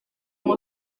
uko